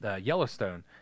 Yellowstone